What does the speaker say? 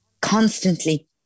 constantly